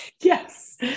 Yes